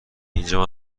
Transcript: اینجا